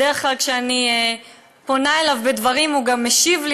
בדרך כלל כשאני פונה אליו בדברים הוא גם משיב לי,